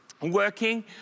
working